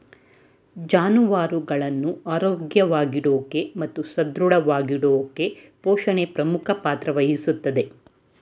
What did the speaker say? ಜಾನುವಾರುಗಳನ್ನ ಆರೋಗ್ಯವಾಗಿಡೋಕೆ ಮತ್ತು ಸದೃಢವಾಗಿಡೋಕೆಪೋಷಣೆ ಪ್ರಮುಖ ಪಾತ್ರ ವಹಿಸ್ತದೆ